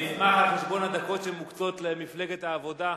אני אשמח, על חשבון הדקות שמוקצות למפלגת העבודה,